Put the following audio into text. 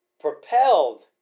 propelled